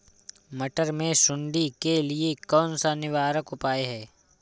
मटर की सुंडी के लिए कौन सा निवारक उपाय है?